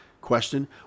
question